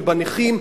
ובנכים,